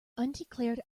undeclared